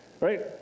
right